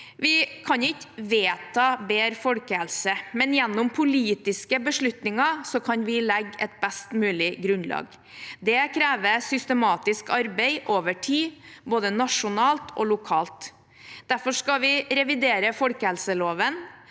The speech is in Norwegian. Vi kan ikke vedta bedre folkehelse, men gjennom politiske beslutninger kan vi legge et best mulig grunnlag. Det krever systematisk arbeid over tid, både nasjonalt og lokalt. Derfor skal vi revidere folkehelseloven,